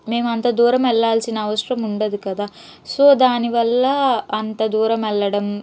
మేమంతా దూరం వెళ్లాల్సిన అవసరం ఉండదు కదా సో దానివల్ల అంత దూరం వెళ్లడం